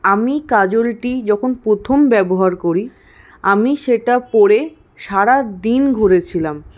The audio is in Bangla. আমি কাজলটি যখন প্রথম ব্যবহার করি আমি সেটা পরে সারাদিন ঘুরেছিলাম